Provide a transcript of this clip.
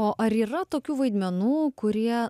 o ar yra tokių vaidmenų kurie